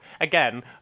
Again